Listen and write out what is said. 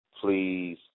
please